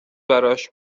برایش